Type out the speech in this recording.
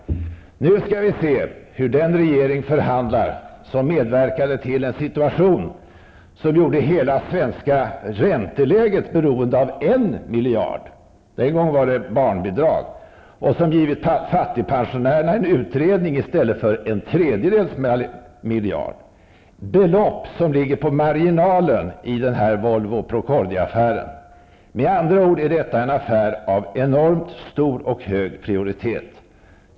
Nu skall vi se hur den regering förhandlar som medverkade till en situation som gjorde hela Sveriges ränteläge beroende av 1 miljard, den gången var det barnbidrag, och som givit fattigpensionärerna en utredning i stället för en tredjedels miljard, belopp som ligger på marginalen i denna Volvo--Procordia-affär. Med andra ord är detta en affär av enormt stor och hög prioritet.